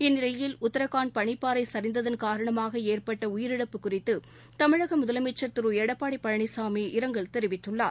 இந்நிலையில் உத்ராகண்ட் பனிப்பாறை சரிந்ததன் காரணமாக ஏற்பட்ட உயிரிழப்பு குறித்து தமிழக முதலமைச்சர் திரு எடப்பாடி பழனிசாமி இரங்கல் தெரிவித்துள்ளார்